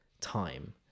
time